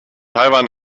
taiwan